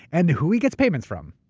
and who he gets payments from,